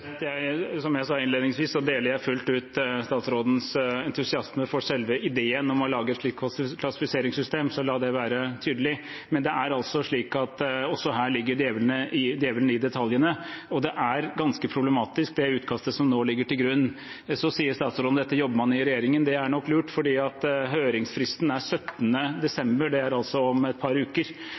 Som jeg sa innledningsvis, deler jeg fullt ut statsrådens entusiasme for selve ideen om å lage et slikt klassifiseringssystem – la det være tydelig. Men også her ligger djevelen i detaljene. Det utkastet som nå ligger til grunn, er ganske problematisk. Statsråden sier at det jobber man med i regjeringen. Det er nok lurt, fordi høringsfristen er 17. desember – det er altså om et par uker.